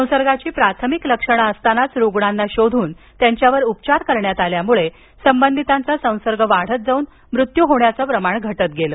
संसर्गाची प्राथमिक लक्षणं असतानाच रूग्णांना शोधून त्यांच्यावर उपचार करण्यात आल्यामुळे संबंधीतांचा संसर्ग वाढत जाऊन मृत्यू होण्याचं प्रमाण घटत गेलं